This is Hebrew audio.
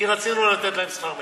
כי רצינו לתת להם שכר מינימום,